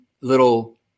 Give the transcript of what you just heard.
little